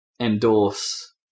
endorse